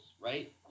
right